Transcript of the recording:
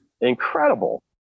incredible